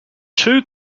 two